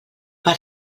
per